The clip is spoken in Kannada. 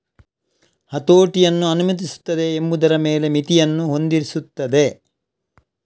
ಹತೋಟಿಯನ್ನು ಅನುಮತಿಸುತ್ತದೆ ಎಂಬುದರ ಮೇಲೆ ಮಿತಿಯನ್ನು ಹೊಂದಿಸುತ್ತದೆ